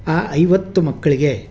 ಆ ಐವತ್ತು ಮಕ್ಕಳಿಗೆ